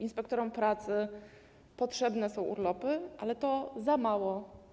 Inspektorom pracy potrzebne są urlopy, ale to za mało.